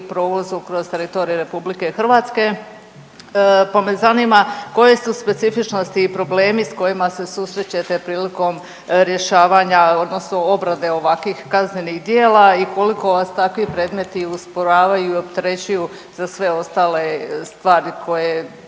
provozu kroz teritorij RH, pa me zanima koje su specifičnosti i problemi s kojima se susrećete prilikom rješavanja odnosno obrade ovakvih kaznenih djela i koliko vas takvi predmeti usporavaju i opterećuju za sve ostale stvari koje